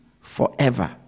forever